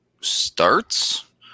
starts